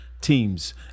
teams